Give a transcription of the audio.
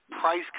price